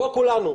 בואו כולנו,